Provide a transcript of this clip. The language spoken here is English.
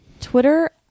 Twitter